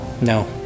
No